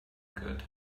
good